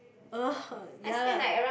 uh ya lah